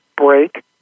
break